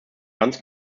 ganz